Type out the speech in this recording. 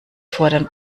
fordern